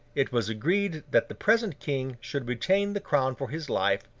it was agreed that the present king should retain the crown for his life,